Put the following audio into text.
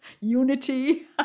unity